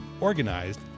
organized